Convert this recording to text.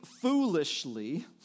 foolishly